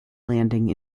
landing